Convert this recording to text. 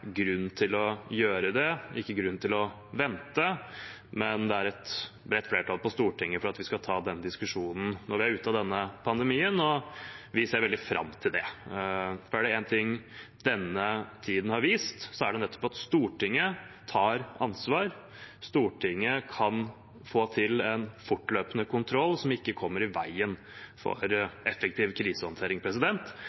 grunn til å gjøre det, og ikke grunn til å vente. Men det er et bredt flertall på Stortinget for at vi skal ta den diskusjonen når vi er ute av denne pandemien, og vi ser veldig fram til det. Er det én ting denne tiden har vist, er det nettopp at Stortinget tar ansvar. Stortinget kan få til en fortløpende kontroll som ikke kommer i veien